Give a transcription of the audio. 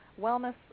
Wellness